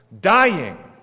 Dying